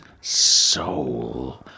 Soul